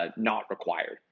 ah not required.